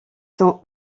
sont